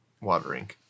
watering